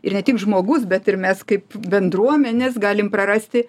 ir ne tik žmogus bet ir mes kaip bendruomenės galim prarasti